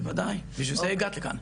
בוודאי, בשביל זה הגעת לכאן.